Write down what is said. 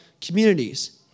communities